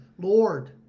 Lord